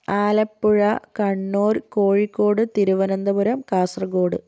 Alappuzha Kannur Kozhikode Thiruvananthapuram Kasaragod